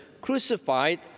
crucified